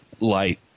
light